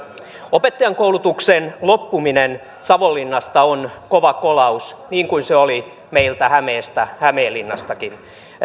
opettajankoulutuksen loppuminen savonlinnasta on kova kolaus niin kuin se oli meiltä hämeestä hämeenlinnastakin